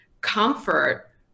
comfort